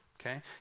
okay